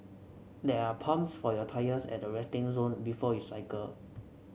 there are pumps for your tyres at the resting zone before you cycle